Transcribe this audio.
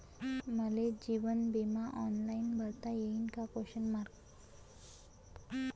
मले जीवन बिमा ऑनलाईन भरता येईन का?